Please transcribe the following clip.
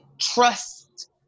trust